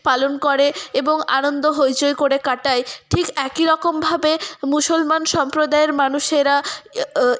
পালন করে এবং আনন্দ হইচই করে কাটায় ঠিক একই রকমভাবে মুসলমান সম্প্রদায়ের মানুষেরা